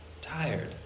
tired